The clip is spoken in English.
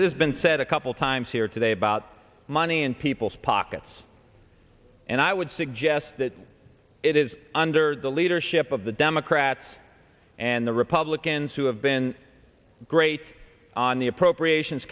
has been said a couple times here today about money in people's pockets and i would suggest that it is under the leadership of the democrats and the republicans who have been great on the appropriations